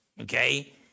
okay